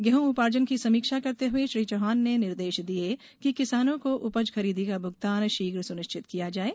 गेहूं उपार्जन की समीक्षा करते हए श्री चौहान ने निर्देश दिये कि किसानों को उपज खरीदी का भुगतान शीघ्र सुनिश्चत किया जाये